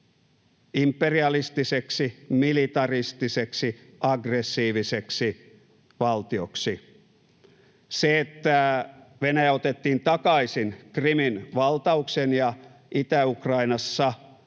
imperialistiseksi, militaristiseksi, aggressiiviseksi valtioksi. Se, että Venäjä otettiin Krimin valtauksen ja Itä-Ukrainassa